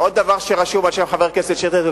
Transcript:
עוד דבר שרשום על שם חבר הכנסת שטרית,